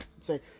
say